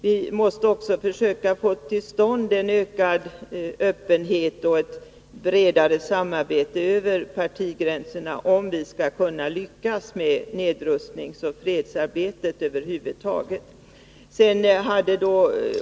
Vi måste försöka få till stånd en ökad öppenhet och ett bredare samarbete över partigränserna, om vi skall kunna lyckas med nedrustningsoch fredsarbetet över huvud taget.